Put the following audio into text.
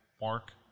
Mark